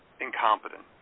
incompetent